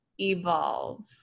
evolve